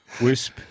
Wisp